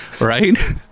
right